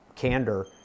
candor